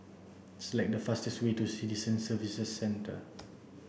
select the fastest way to Citizen Services Centre